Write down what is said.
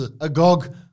Agog